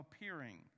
appearing